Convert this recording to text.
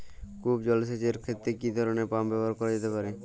কূপ জলসেচ এর ক্ষেত্রে কি ধরনের পাম্প ব্যবহার করা যেতে পারে?